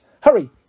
Hurry